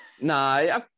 Nah